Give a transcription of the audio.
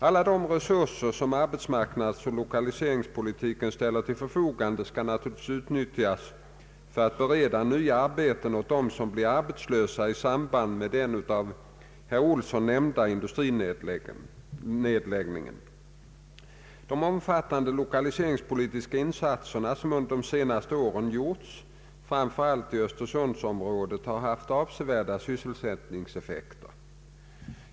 Alla de resurser som arbetsmarknadsoch lokaliseringspolitiken ställer till förfogande skall naturligtvis utnyttjas för att bereda nya arbeten åt dem som blir arbetslösa i samband med den av herr Olsson nämnda industrinedläggningen. De omfattande lokaliseringspolitiska insatser som under senare år gjorts framför allt i Östersundsområdet har haft avsevärda sysselsättningseffekter.